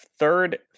third